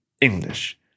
English